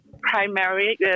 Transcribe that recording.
primary